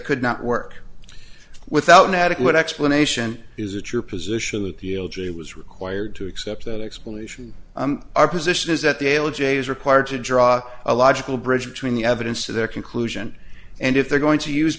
could not work without an adequate explanation is it your position that the l j was required to accept that explanation our position is that the ala j is required to draw a logical bridge between the evidence of their conclusion and if they're going to use